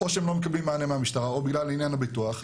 או שהם לא מקבלים מענה מהמשטרה או בגלל עניין הביטוח,